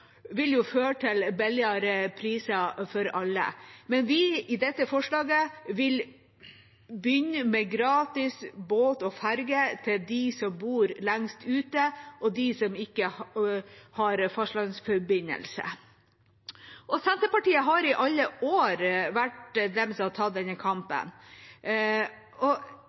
vil jo føre til billigere priser for alle. Men med dette forslaget vil vi begynne med gratis båt og ferge til dem som bor lengst ute, og dem som ikke har fastlandsforbindelse. Senterpartiet har i alle år vært de som har tatt denne kampen.